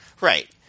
Right